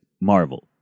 Marvel